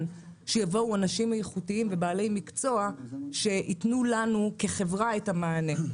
שיבואו אנשים איכותיים ובעלי מקצוע שיתנו לנו כחברה את המענה.